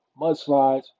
mudslides